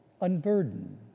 Unburden